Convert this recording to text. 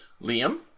Liam